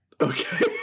Okay